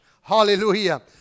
Hallelujah